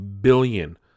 billion